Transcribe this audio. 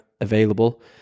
available